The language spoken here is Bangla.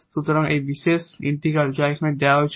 সুতরাং এই পার্টিকুলার ইন্টিগ্রাল যা এখানে দেওয়া হয়েছিল